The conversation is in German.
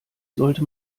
sollte